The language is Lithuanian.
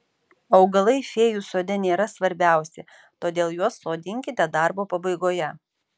augalai fėjų sode nėra svarbiausi todėl juos sodinkite darbo pabaigoje